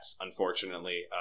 unfortunately